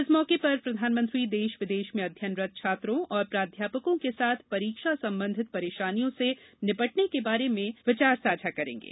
इस मौके पर प्रधानमंत्री देश विदेश में अध्ययनरत छात्रों और प्राध्यापकों के साथ परीक्षा संबंधित परेशानियों से निपटने के बारे में विचार साझा करेंगे